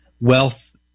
wealth